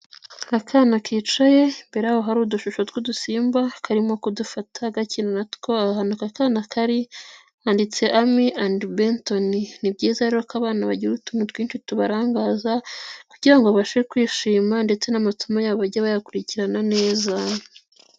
Akana kicaye ,imbere y'aho hari udushusho tw'udusimba ,karimo kudufata gakina natwo, aha hantu aka kana kari handitse amy and benton, ni byiza rero ko abana bagira utuntu twinshi tubarangaza, kugira ngo abashe kwishima ,ndetse n'amasomo y'abo bajye bayakurikirana neza.